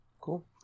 Cool